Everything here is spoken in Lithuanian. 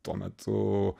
tuo metu